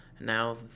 now